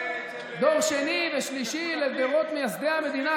דור שני ושלישי לדורות מייסדי המדינה,